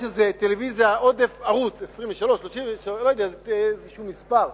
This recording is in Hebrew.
יש איזה עודף ערוץ, 23, 33, לא יודע, איזשהו מספר.